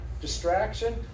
distraction